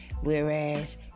whereas